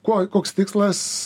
kuo koks tikslas